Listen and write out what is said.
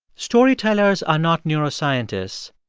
storytellers are not neuroscientists,